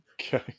Okay